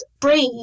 breathe